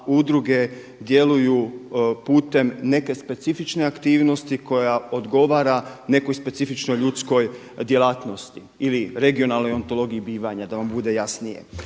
udruge djeluju putem neke specifične aktivnosti koja odgovara nekoj specifičnoj ljudskoj djelatnosti ili regionalnoj antologiji bivanja da vam bude jasnije.